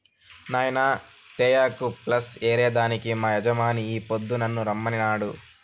నాయినా తేయాకు ప్లస్ ఏరే దానికి మా యజమాని ఈ పొద్దు నన్ను రమ్మనినాడు